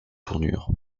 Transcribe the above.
tournure